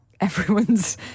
Everyone's